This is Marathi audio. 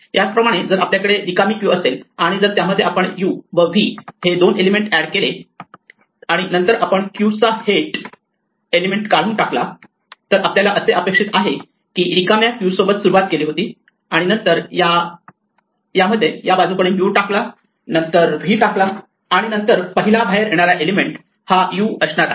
याचप्रमाणे जर आपल्याकडे रिकामी क्यू असेल आणि जर त्यामध्ये आपण u व v हे दोन एलिमेंट एड केले आणि नंतर आपण क्यूचा हेड एलिमेंट काढून टाकला तर आपल्याला असे अपेक्षित आहे की आपण रिकाम्या क्यू सोबत सुरुवात केली होती आणि नंतर आपण यामध्ये या बाजूकडून u टाकला आणि नंतर v टाकला तर नंतर पहिला बाहेर येणारा एलिमेंट हा u असणार आहे